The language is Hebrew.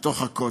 בתוך הכותל.